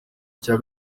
cya